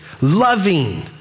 loving